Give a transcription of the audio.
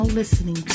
listening